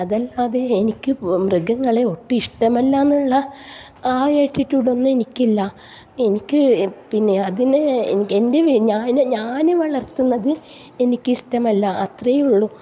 അതല്ലാതെ എനിക്ക് മൃഗങ്ങളെ ഒട്ടും ഇഷ്ടമല്ല എന്നുള്ള ആ ഒരു ആറ്റിട്യൂഡ് ഒന്നും എനിക്കില്ല എനിക്ക് പിന്നെ അതിനെ എൻ്റെ ഞാൻ ഞാൻ വളർത്തുന്നത് എനിക്ക് ഇഷ്ടമല്ല അത്രേയുള്ളു